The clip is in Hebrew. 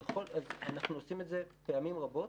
אנחנו עושים את זה פעמים רבות.